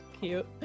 Cute